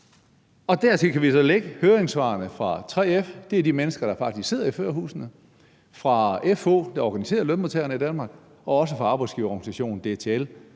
Dertil kan vi så lægge høringssvarene fra 3F, og det er de mennesker, der faktisk sidder i førerhusene, fra FH, der organiserer lønmodtagerne i Danmark, og også fra arbejdsgiverorganisationen DTL